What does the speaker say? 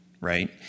Right